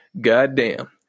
Goddamn